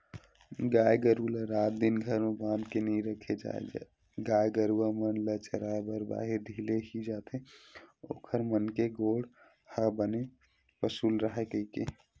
गाय गरु ल रात दिन घर म बांध के नइ रखे जाय गाय गरुवा मन ल चराए बर बाहिर ढिले ही जाथे ओखर मन के गोड़ ह बने पसुल राहय कहिके